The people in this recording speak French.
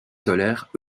tolèrent